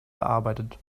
verarbeitet